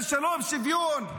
של שלום ושוויון,